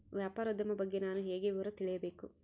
ವ್ಯಾಪಾರೋದ್ಯಮ ಬಗ್ಗೆ ನಾನು ಹೇಗೆ ವಿವರ ತಿಳಿಯಬೇಕು?